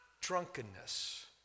drunkenness